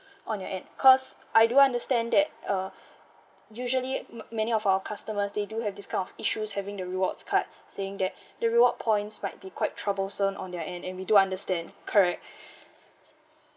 on your end because I do understand that uh usually many of our customers they do have this kind of issues having the rewards card saying that the reward points might be quite troublesome on their end and we do understand correct